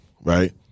right